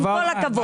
עם כל הכבוד.